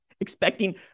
expecting